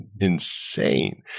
insane